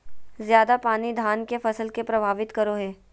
ज्यादा पानी धान के फसल के परभावित करो है?